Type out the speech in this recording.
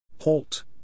Halt